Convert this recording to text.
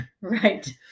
right